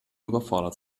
überfordert